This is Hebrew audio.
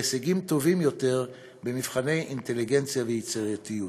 והישגים טובים יותר במבחני אינטליגנציה ויצירתיות.